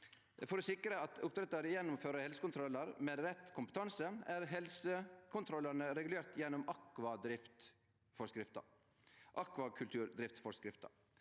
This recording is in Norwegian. For å sikre at oppdrettar gjennomfører helsekontrollar med rett kompetanse, er helsekontrollane regulerte gjennom akvakulturdriftsforskrifta.